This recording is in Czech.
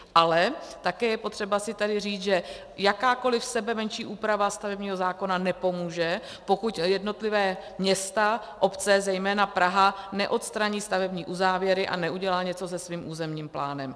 Ale také je potřeba si tady říct, že jakákoliv sebemenší úprava stavebního zákona nepomůže, pokud jednotlivá města, obce, zejména Praha, neodstraní stavební uzávěry a neudělá něco se svým územním plánem.